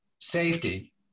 safety